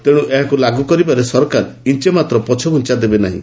ତେଣୁ ଏହାକୁ ଲାଗୁ କରିବାରେ ସରକାର ଇଞେ ମାତ୍ର ପଛଘୁଞ୍ଚା ଦେବେ ନାହିଁ